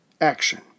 action